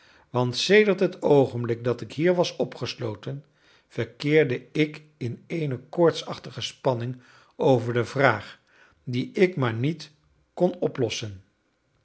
want sedert het oogenblik dat ik hier was opgesloten verkeerde ik in eene koortsachtige spanning over de vraag die ik maar niet kon oplossen